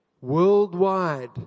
Worldwide